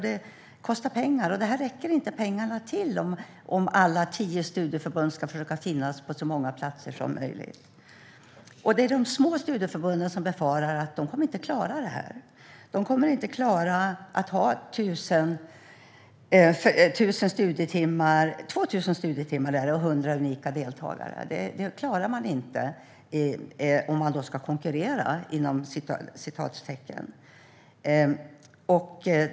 Det kostar pengar, och pengarna räcker inte till om alla tio studieförbund ska försöka finnas på så många platser som möjligt. De små studieförbunden befarar att de inte kommer att klara detta. De kommer inte att klara att ha 2 000 studietimmar och 100 unika deltagare om de ska "konkurrera".